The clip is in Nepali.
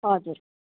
हजुर